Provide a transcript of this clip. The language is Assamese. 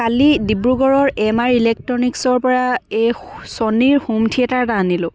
কালি ডিব্ৰুগড়ৰ এম আই ইলেক্ট্ৰনিকচৰ পৰা এই ছোনীৰ হোম থিয়েটাৰ এটা আনিলোঁ